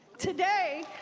today,